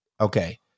okay